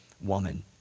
woman